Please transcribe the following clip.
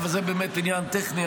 אבל זה עניין טכני,